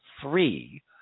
three